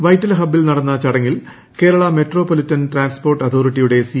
വൈറ്റില ഹബ്ബിൽ നടന്ന ചടങ്ങിൽ കേരള മെട്രോ പൊളിറ്റിൻ ട്രാൻസ്പോർട്ട് അതോറിട്ടിയുടെ സി